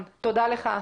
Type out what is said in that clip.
תודה לך.